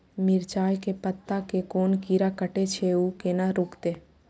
मिरचाय के पत्ता के कोन कीरा कटे छे ऊ केना रुकते?